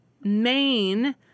main